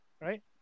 right